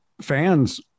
fans